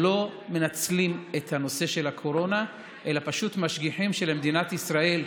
לא מנצלים את נושא הקורונה אלא פשוט משגיחים שלמדינת ישראל,